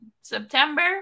September